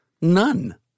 None